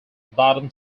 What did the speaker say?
bottom